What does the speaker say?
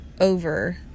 over